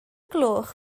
gloch